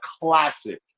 classic